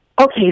Okay